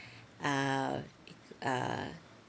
ah ah